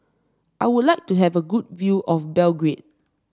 I would like to have a good view of Belgrade